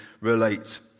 relate